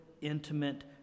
intimate